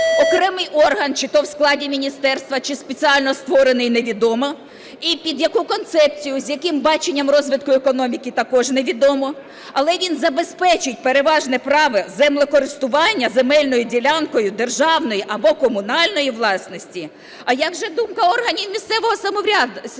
окремий орган - чи то в складі міністерства, чи спеціально створений, невідомо, і під яку концепцію, з яким баченням розвитку економіки, також невідомо, - але він забезпечить переважне право землекористування земельною ділянкою державної або комунальної власності. А як же думка органів місцевого самоврядування?